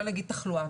לא נגיד תחלואה,